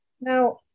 Now